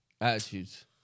Attitudes